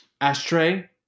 Ashtray